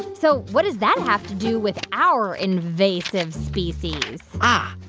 so what does that have to do with our invasive species? ah,